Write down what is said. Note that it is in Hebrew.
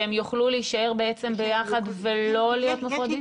שהם יוכלו בעצם להיות ביחד ולא להיות מופרדים?